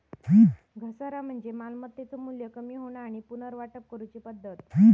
घसारा म्हणजे मालमत्तेचो मू्ल्य कमी होणा आणि पुनर्वाटप करूची पद्धत